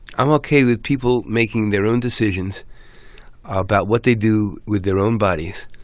i'm ok with people making their own decisions about what they do with their own bodies,